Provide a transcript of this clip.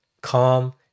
Calm